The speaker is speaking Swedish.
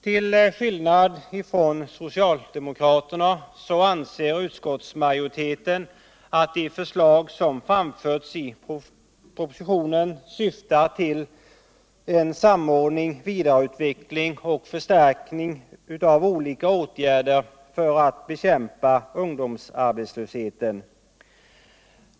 Till skillnad från socialdemokraterna anser utskottsmajoriteten att de förslag som framförts i propositionen syftar till samordning, vidareutveckling och förstärkning av olika åtgärder för att bekämpa ungdomsarbetslösheten.